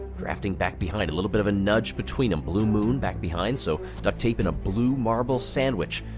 drafting back behind, a little bit of a nudge between them. blue moon back behind, so ducktape in a blue marble sandwich.